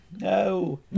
No